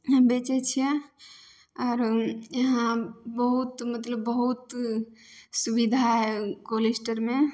बेचै छिए आओर यहाँ बहुत मतलब बहुत सुविधा हइ कोलेस्टरमे